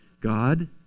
God